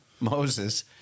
Moses